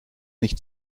nicht